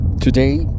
Today